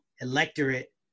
electorate